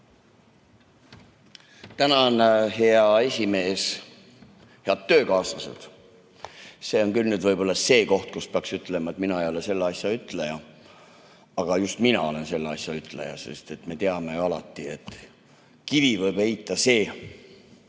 Tänan, hea esimees! Head töökaaslased! See on küll see koht, kus peaks ütlema, et mina ei ole selles asjas ütleja. Aga just mina olen selles asjas ütleja, sest me ju teame, et kivi võib heita see,